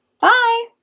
Bye